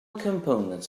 component